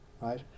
right